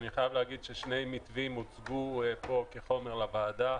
אני חייב להגיד ששני מתווים הוצגו פה כחומר בוועדה.